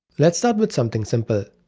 lets start with something simple.